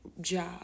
job